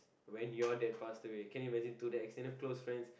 when your dad passed away can you imagine to that extent where close friends